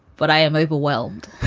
but i am overwhelmed.